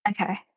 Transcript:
okay